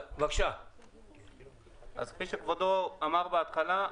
כפי שכבודו אמר בהתחלה,